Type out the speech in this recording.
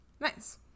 Nice